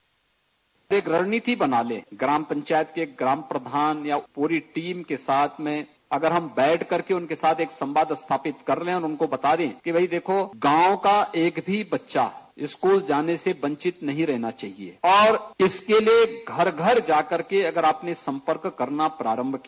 bite एक रणनीति बना ले ग्राम पंचायत के ग्राम प्रधान या पूरी टीम के साथ मैं अगर हम बैठ करके उनके साथ एक संवाद स्थापित कर ले और उनको बताये कि भई देखों गांव का एक भी बच्चा स्कूल जाने से वंचित नहीं रहना चाहिये और इसके लिये घर घर जाकर के अगर आपने सम्पर्क करना प्रारम्भ किया